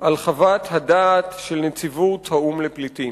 על חוות הדעת של נציבות האו"ם לפליטים.